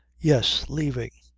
yes. leaving.